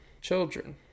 children